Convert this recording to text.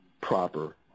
proper